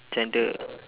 gender